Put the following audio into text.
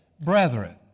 brethren